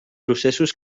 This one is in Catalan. processos